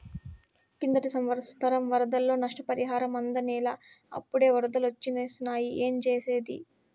కిందటి సంవత్సరం వరదల్లో నష్టపరిహారం అందనేలా, అప్పుడే ఒరదలొచ్చేసినాయి ఏంజేసేది